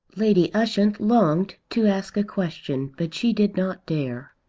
lady ushant longed to ask a question, but she did not dare.